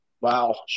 wow